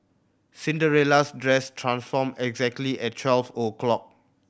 Cinderella's dress transformed exactly at twelve o'clock